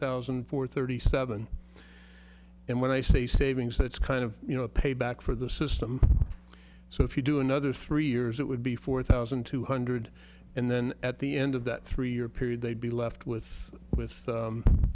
thousand for thirty seven and when i say savings that's kind of you know a payback for the system so if you do another three years it would be four thousand two hundred and then at the end of that three year period they'd be left with with